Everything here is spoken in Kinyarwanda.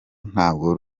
ntabwo